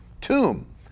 tomb